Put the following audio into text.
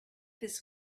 this